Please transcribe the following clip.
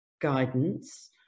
guidance